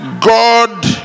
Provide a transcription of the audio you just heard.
God